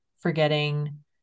forgetting